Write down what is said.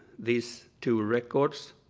these two records,